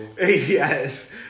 Yes